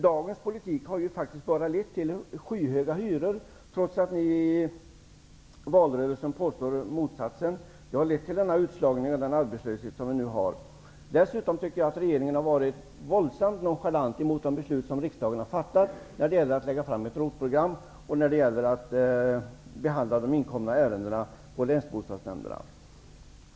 Dagens politik har faktiskt bara lett till skyhöga hyror, trots att ni i valrörelsen påstod motsatsen. Den har lett till den utslagning och den arbetslöshet som vi nu har. Dessutom tycker jag att regeringen har varit våldsamt nonchalant mot de beslut som riksdagen har fattat om att lägga fram ett ROT program och att behandla de inkomna ärendena på länsbostadsnämnderna.